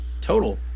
total